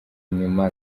nyuma